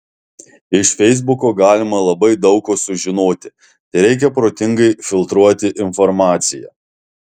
iš feisbuko galima labai daug ko sužinoti tereikia protingai filtruoti informaciją